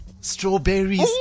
strawberries